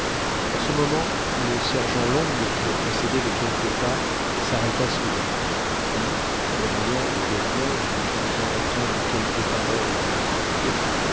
en ce moment le sergent long qui le précédait de quelques pas s'arrêta soudain puis revenant au lieutenant et lui faisant entendre quelques paroles